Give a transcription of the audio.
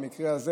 במקרה זה